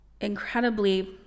incredibly